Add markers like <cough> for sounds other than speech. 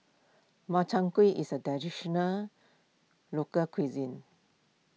Makchang Gui is a <unintelligible> local cuisine